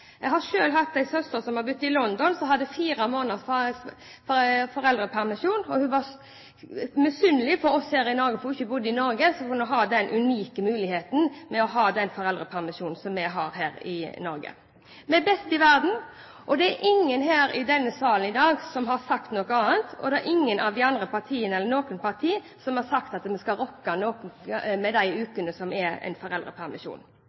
Jeg har selv en søster som bodde i London, og som hadde fire måneders foreldrepermisjon. Hun var misunnelig på oss siden hun ikke bodde i Norge og hadde den unike mulighet til en slik foreldrepermisjon som vi har her. Vi er best i verden. Det er ingen her i denne sal i dag som har sagt noe annet, og det er ingen partier som har sagt at vi skal rokke ved disse permisjonsukene. Det er viktig for familiene å ha denne ordningen med barna de